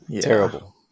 Terrible